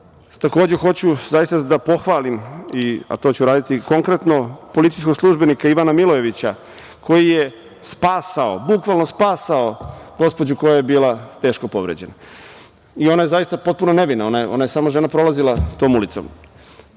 odgovora. Hoću da pohvalim, a to ću uraditi i konkretno, policijskog službenika Ivana Milojevića, koji je spasao, bukvalno spasao gospođu koja je bila teško povređena. Ona je zaista potpuno nevina, ona je samo prolazila tom ulicom. Ne